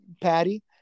Patty